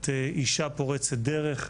את אישה פורצת דרך,